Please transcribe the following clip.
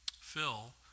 Phil